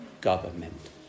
government